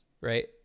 right